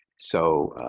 so,